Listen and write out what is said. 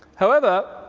however,